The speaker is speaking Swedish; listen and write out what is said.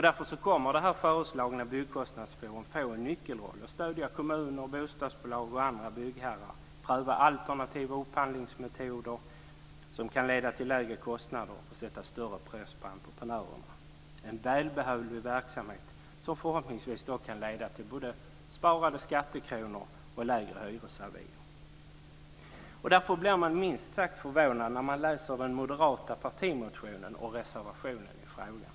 Därför kommer föreslagna Byggkostnadsforum att få en nyckelroll när det gäller att stödja kommuner, bostadsbolag och byggherrar och när det gäller att pröva alternativa upphandlingsmetoder som kan leda till lägre kostnader och sätta en större press på entreprenörerna - en välbehövlig verksamhet som förhoppningsvis kan leda till både sparade skattekronor och hyresavier med lägre hyresbelopp. Mot den bakgrunden blir man minst sagt förvånad när man läser den moderata partimotionen och reservationen i frågan.